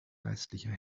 geistlicher